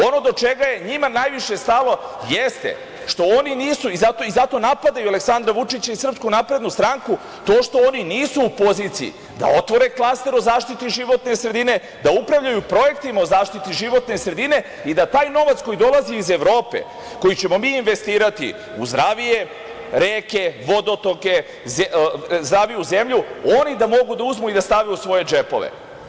Ono do čega je njima najviše stalo jeste to što oni nisu, zato i napadaju Aleksandra Vučića i SNS, u poziciji da otvore klaster o zaštiti životne sredine, da upravljaju projektima o zaštiti životne sredine i da taj novac koji dolazi iz Evrope, koji ćemo mi investirati u zdravije reke, vodotoke, zdraviju zemlju, oni da mogu da uzmu i da stave u svoje džepove.